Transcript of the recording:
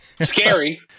Scary